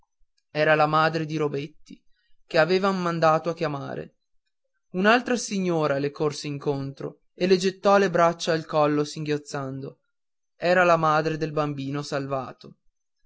era la madre di robetti che avevan mandato a chiamare un'altra signora le corse incontro e le gettò le braccia al collo singhiozzando era la madre del bambino salvato